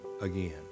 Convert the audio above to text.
again